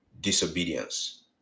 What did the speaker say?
disobedience